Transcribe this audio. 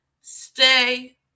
Stay